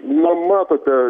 na matote